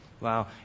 Wow